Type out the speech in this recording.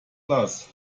glas